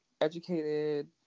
educated